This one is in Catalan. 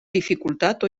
dificultat